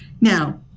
now